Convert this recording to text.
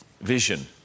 vision